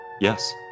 Yes